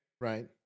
Right